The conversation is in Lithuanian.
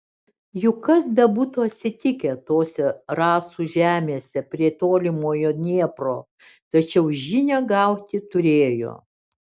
juk kas bebūtų atsitikę tose rasų žemėse prie tolimojo dniepro tačiau žinią gauti turėjo